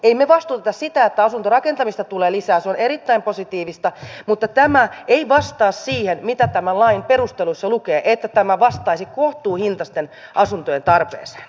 emme me vastusta sitä että asuntorakentamista tulee lisää se on erittäin positiivista mutta tämä ei vastaa siihen mitä tämän lain perusteluissa lukee että tämä vastaisi kohtuuhintaisten asuntojen tarpeeseen